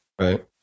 right